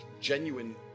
genuine